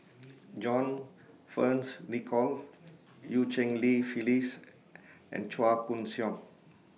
John Fearns Nicoll EU Cheng Li Phyllis and Chua Koon Siong